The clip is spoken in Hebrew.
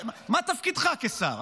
מה תפקידך כשר?